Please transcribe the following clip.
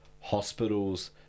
hospitals